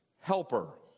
helper